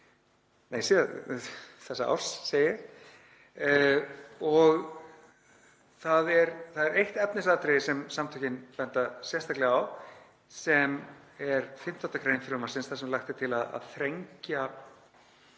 þessa árs og það er eitt efnisatriði sem samtökin benda sérstaklega á sem er 15. gr. frumvarpsins þar sem lagt er til að þrengja